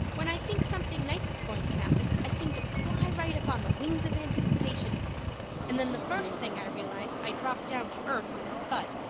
when i think something nice is going to happen i seem to fly right up on the wings of anticipation and then the first thing i realize i drop down to earth with a thud.